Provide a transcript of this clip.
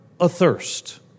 athirst